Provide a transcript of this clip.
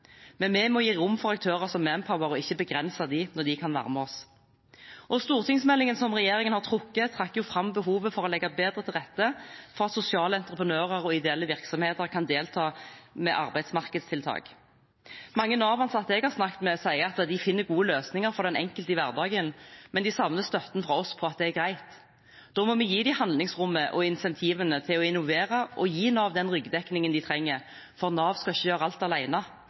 men vi må gi rom for aktører som Manpower og ikke begrense dem når de kan være med oss. Stortingsmeldingen som regjeringen har trukket, trakk jo fram behovet for å legge bedre til rette for at sosiale entreprenører og ideelle virksomheter kan delta med arbeidsmarkedstiltak. Mange Nav-ansatte jeg har snakket med, sier at de finner gode løsninger for den enkelte i hverdagen, men de savner støtten fra oss på at det er greit. Da må vi gi dem handlingsrommet og insentivene til å innovere og gi Nav den ryggdekningen de trenger, for Nav skal ikke gjøre alt